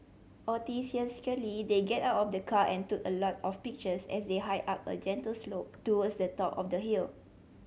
they get out of the car and took a lot of pictures as they hiked up a gentle slope towards the top of the hill